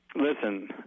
listen